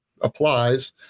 applies